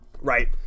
Right